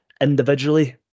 Individually